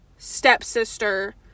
Stepsister